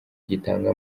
gitanga